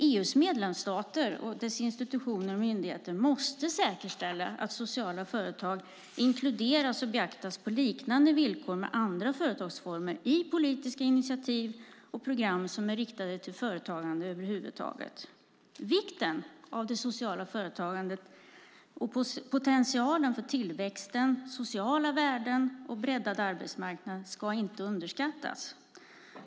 EU:s medlemsstater och dess institutioner och myndigheter måste säkerställa att sociala företag inkluderas och beaktas på liknande villkor som andra företagsformer i politiska initiativ och program som är riktade till företagande över huvud taget. Vikten av det sociala företagandet och potentialen för tillväxten, sociala värden och breddad arbetsmarknad ska inte underskattas.